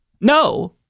No